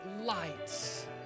lights